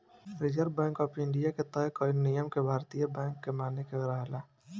reserve bank of India के तय कईल नियम के भारतीय बैंक के माने के रहेला